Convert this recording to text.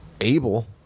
able